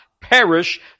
perish